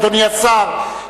אדוני השר,